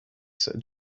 sir